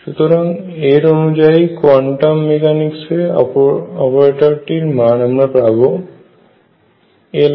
সুতরাং এর অনুযায়ী কোয়ান্টাম মেকানিক্সে অপারেটরটি আমরা পাব Loperator